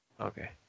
Okay